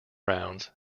rounds